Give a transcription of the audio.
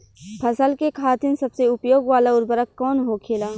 फसल के खातिन सबसे उपयोग वाला उर्वरक कवन होखेला?